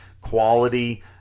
quality